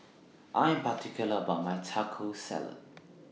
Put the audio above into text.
I Am particular about My Taco Salad